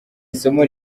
isomo